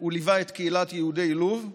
הוא ליווה את קהילת יהודי לוב,